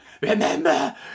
Remember